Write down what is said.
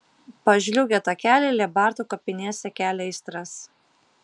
pažliugę takeliai lėbartų kapinėse kelia aistras